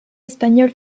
espagnol